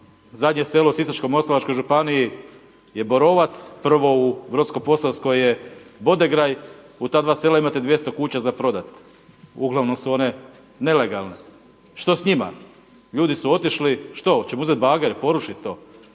zadnje selo u Sisačko-moslavačkoj županiji je Borovac, prvo u Brodsko-posavskoj je Bodegrajd. U ta dva sela imate 200 kuća za prodati, uglavnom su one nelegalne. Što s njima? Ljudi su otišli. Što, hoćemo uzeti bagere i porušiti to?